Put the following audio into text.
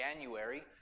January